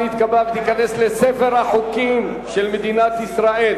נתקבלה ותיכנס לספר החוקים של מדינת ישראל.